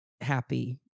happy